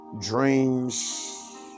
dreams